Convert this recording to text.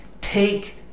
take